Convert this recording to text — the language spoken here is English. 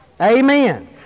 Amen